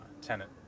tenant